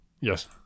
Yes